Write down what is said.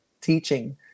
teaching